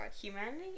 Humanity